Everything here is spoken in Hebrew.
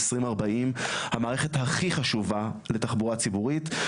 2040 המערכת הכי חשובה לתחבורה ציבורית,